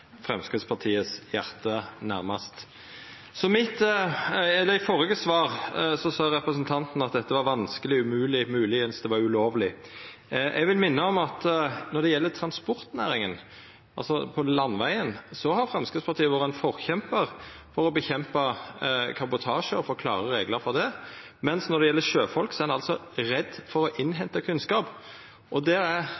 Framstegspartiets hjarta nærast. I det førre svaret sa representanten at dette var vanskeleg, umogleg, kanskje var det ulovleg. Eg vil minna om at når det gjeld transportnæringa, på landevegen, har Framstegspartiet vore ein forkjempar i å kjempa mot kabotasje og å få klare reglar for det, mens når det gjeld sjøfolk, er ein redd for å